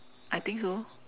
I think so